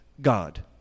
God